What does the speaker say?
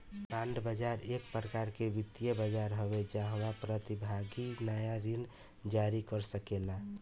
bond बाजार एक प्रकार के वित्तीय बाजार हवे जाहवा प्रतिभागी नाया ऋण जारी कर सकेला